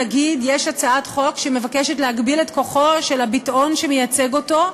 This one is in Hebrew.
נגיד יש הצעת חוק שמבקשת להגביל את כוחו של הביטאון שמייצג אותו,